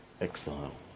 exile